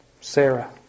Sarah